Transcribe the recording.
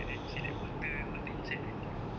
like then you said like water inside the tube